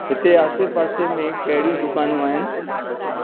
हिते आसे पासे में कहिड़ियूं दुकानूं आहिनि